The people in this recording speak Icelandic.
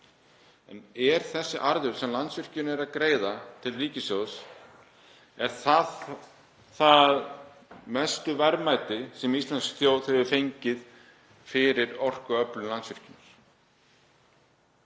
En er þessi arður sem Landsvirkjun er að greiða til ríkissjóðs mestu verðmæti sem íslensk þjóð getur fengið fyrir orkuöflun Landsvirkjunar?